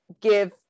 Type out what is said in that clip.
give